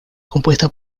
compuesta